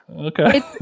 Okay